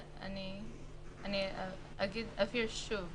אני אבהיר שוב.